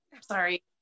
Sorry